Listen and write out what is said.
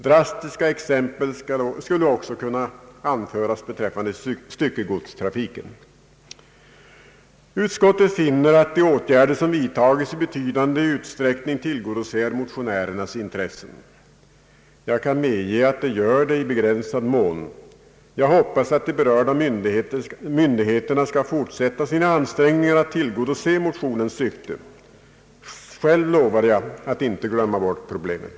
Drastiska exempel skulle också kunna anföras beträffande styckegodstrafiken. Utskottet finner att de åtgärder som vidtagits i betydande utsträckning tillgodoser motionärernas intresse. Jag kan bara medge att de gör det i begränsad mån. Jag hoppas därför att berörda myndigheter skall fortsätta sina ansträngningar att tillgodose motionens syfte. Själv lovar jag att inte glömma bort problemet.